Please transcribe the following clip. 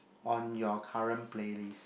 on your current playlist